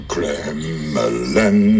Kremlin